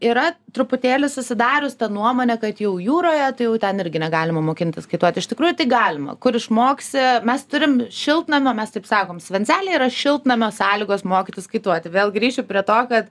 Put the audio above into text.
yra truputėlį susidarius ta nuomonė kad jau jūroje tai jau ten irgi negalima mokintis iš tikrųjų tik galima kur išmoksi mes turim šiltnamio mes taip sakom svencelė šiltnamio sąlygos mokytis kaituoti vėl grįšiu prie to kad